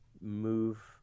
move